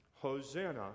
Hosanna